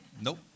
nope